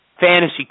fantasy